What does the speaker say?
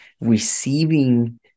receiving